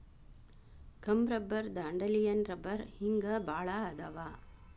gum rubber dandelion ರಬ್ಬರ ಹಿಂಗ ಬಾಳ ಅದಾವ